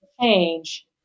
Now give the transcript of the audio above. Change